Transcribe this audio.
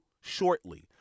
shortly